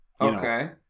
Okay